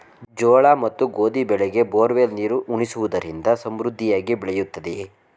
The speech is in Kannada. ಜೋಳ ಮತ್ತು ಗೋಧಿ ಬೆಳೆಗೆ ಬೋರ್ವೆಲ್ ನೀರು ಉಣಿಸುವುದರಿಂದ ಸಮೃದ್ಧಿಯಾಗಿ ಬೆಳೆಯುತ್ತದೆಯೇ?